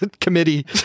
committee